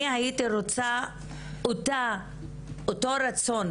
הייתי רוצה אותו רצון,